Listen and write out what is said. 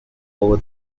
over